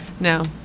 No